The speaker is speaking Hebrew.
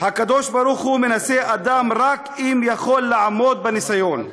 הקדוש-ברוך-הוא מנסה אדם רק אם יכול לעמוד בניסיון.